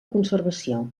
conservació